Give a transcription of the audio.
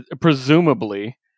presumably